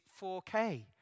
4K